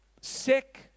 sick